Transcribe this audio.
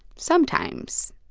sometimes.